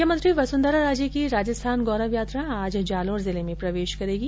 मुख्यमंत्री वसुंधरा राजे की राजस्थान गौरव यात्रा आज जालौर जिले में प्रवेश करेगी